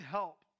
help